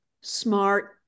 smart